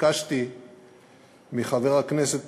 ביקשתי מחבר הכנסת